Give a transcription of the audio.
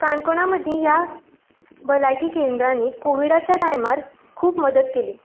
काणकोणा मदीं ह्या भलायकी केंद्रांनी कोविडाच्या टायमार खूब मदत केली